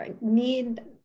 Need